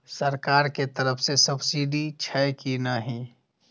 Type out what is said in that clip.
सरकार के तरफ से सब्सीडी छै कि नहिं?